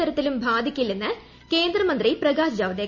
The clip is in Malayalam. തരത്തിലും ബാധിക്കില്ലെന്ന് കേന്ദ്ര മന്ത്രി പ്രകാശ് ജാവദേക്കർ